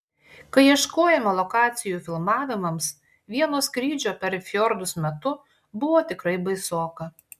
kai ieškojome lokacijų filmavimams vieno skrydžio per fjordus metu buvo tikrai baisoka